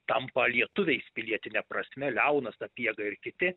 tampa lietuviais pilietine prasme leonas sapiega ir kiti